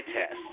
test